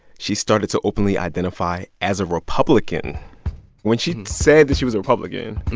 she started to openly identify as a republican when she said that she was a republican,